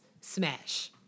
Smash